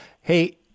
Hey